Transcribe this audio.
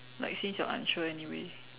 like since you're unsure anyway